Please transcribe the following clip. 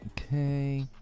Okay